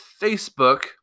Facebook